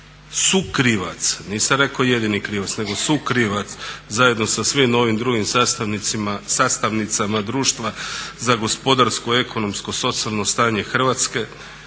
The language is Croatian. sukrivac, nisam rekao jedini krivac nego sukrivac zajedno sa svim ovim drugim sastavnicama društvo za gospodarsko, ekonomsko, socijalno stanje Hrvatske.